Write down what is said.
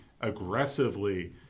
aggressively